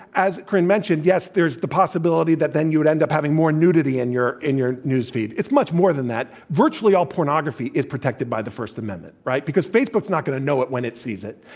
as corynne mentioned, yes, there's the possibility that then you would end up having more nudity in your in your news feed. it's much more than that. virtually all pornography is protected by the first amendment, right? because facebook's not going to know it when it sees it,